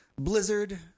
Blizzard